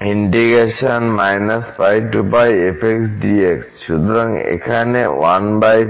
সুতরাং এখানে এই